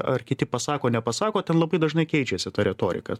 ar kiti pasako nepasako ten labai dažnai keičiasi ta retorika